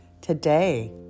today